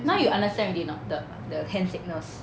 now you understand already or not the the hand signals